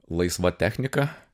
laisva technika